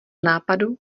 nápadu